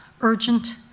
urgent